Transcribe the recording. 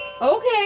okay